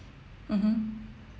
mmhmm